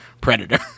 Predator